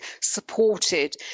supported